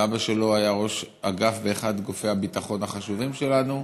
ואבא שלו היה ראש אגף באחד מגופי הביטחון החשובים שלנו.